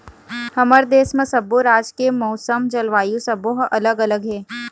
हमर देश म सब्बो राज के मउसम, जलवायु सब्बो ह अलग अलग हे